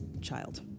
child